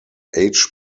age